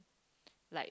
like